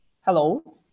Hello